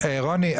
רוני,